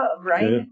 right